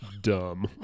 dumb